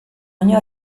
año